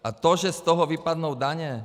A to, že z toho vypadnou daně.